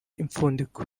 impfundiko